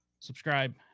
subscribe